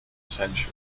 century